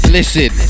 Listen